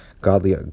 godly